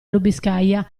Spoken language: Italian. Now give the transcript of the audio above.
lubiskaja